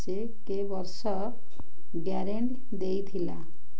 ସେ ବର୍ଷ ଗ୍ୟାରେଣ୍ଟି ଦେଇଥିଲା